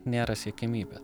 nėra siekiamybė